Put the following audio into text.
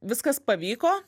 viskas pavyko